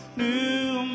new